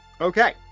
okay